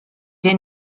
des